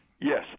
Yes